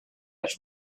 els